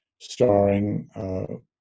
starring